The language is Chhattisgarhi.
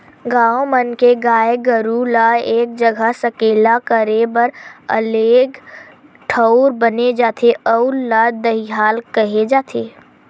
गाँव मन के गाय गरू ल एक जघा सकेला करे बर अलगे ठउर बने होथे जउन ल दईहान केहे जाथे